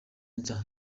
nshya